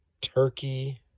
turkey